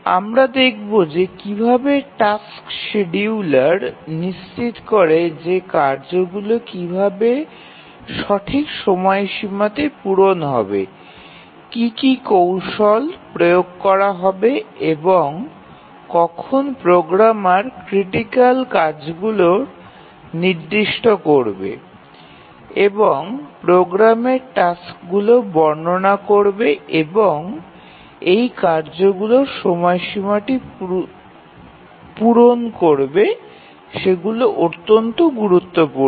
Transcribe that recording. আমরা দেখব যে কীভাবে টাস্ক্ সিডিউলার নিশ্চিত করে যে কার্যগুলি কিভাবে সঠিক সময়সীমাতে পূরণ হবে কি কি কৌশল প্রয়োগ করা হবে এবং কখন প্রোগ্রামার ক্রিটিকাল কাজগুলি নির্দিষ্ট করবে এবং প্রোগ্রামে টাস্কগুলি বর্ণনা করবে এবং এই কার্যগুলির সময়সীমাটি পূরণ করা অত্যন্ত গুরুত্বপূর্ণ